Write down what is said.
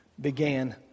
began